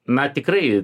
na tikrai